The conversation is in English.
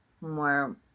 more